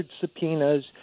subpoenas